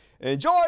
enjoy